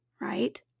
right